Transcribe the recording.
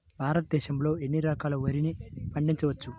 భారతదేశంలో ఎన్ని రకాల వరిని పండించవచ్చు